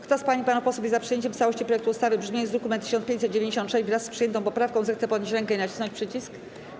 Kto z pań i panów posłów jest za przyjęciem w całości projektu ustawy w brzmieniu z druku nr 1596, wraz z przyjętą poprawką, zechce podnieść rękę i nacisnąć przycisk.